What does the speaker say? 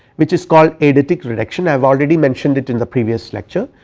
which is called eidetic reduction, i have already mentioned it in the previous lecture,